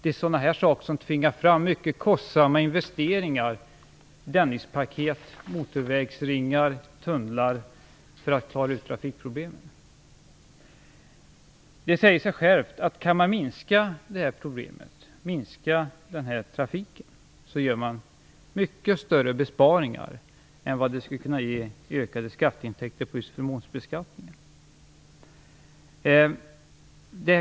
Det är sådana här saker som tvingar fram mycket kostsamma investeringar, som Dennispaket, motorvägsringar och tunnlar, för att man skall klara trafikproblemen. Det säger sig självt, att om man kan minska de här problemen, minska trafiken, gör man mycket större besparingar än vad ökade skatteintäkter på just förmånsbeskattningen skulle ge.